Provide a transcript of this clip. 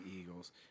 Eagles